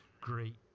great